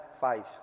five